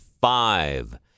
five